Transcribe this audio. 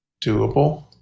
doable